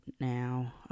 Now